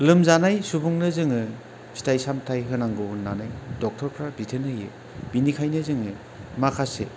लोमजानाय सुबुंनो जोङो फिथाइ सामथाइ होनांगौ होननानै डक्टरफ्रा बिथोन होयो बेनिखायनो जोङो माखासे